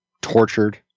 tortured